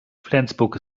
flensburg